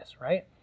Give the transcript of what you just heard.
right